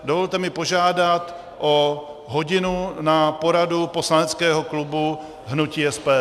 Dovolte mi požádat o hodinu na poradu poslaneckého klubu hnutí SPD.